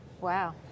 Wow